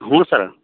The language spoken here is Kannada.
ಹ್ಞೂ ಸರ